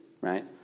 right